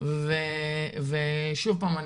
ושוב פעם,